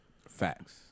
facts